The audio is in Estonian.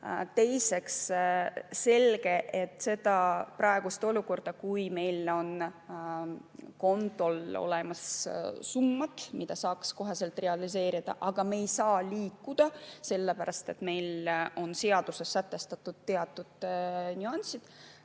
Teiseks, see praegune olukord, kui meil on kontol olemas summad, mida saaks kohe realiseerida, aga me ei saa liikuda, sellepärast et meil on seaduses sätestatud teatud nüansid,